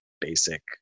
basic